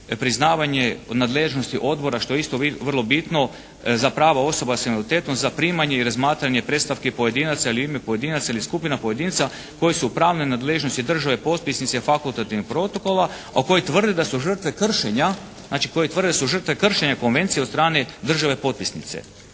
priznavanje nadležnosti odbora što je isto vrlo bitno za prava osoba s invaliditetom, za primanje i razmatranje predstavki pojedinaca ili u ime pojedinaca ili skupina pojedinca koje su pravne nadležnosti države potpisnice fakultativnog protokola a koji tvrde da su žrtve kršenja znači, koji tvrde da su